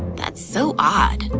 that's so odd.